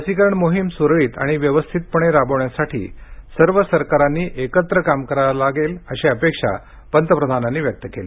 लसीकरण मोहीम सुरळीत आणि व्यवस्थितपणे राबवण्यासाठी सर्व सरकारांनी एकत्र काम करावं लागेल अशी अपेक्षा पंतप्रधानांनी व्यक्त केली